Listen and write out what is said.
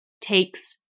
takes